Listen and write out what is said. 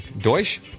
Deutsch